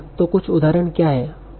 तो कुछ उदाहरण क्या हैं